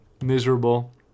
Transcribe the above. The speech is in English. miserable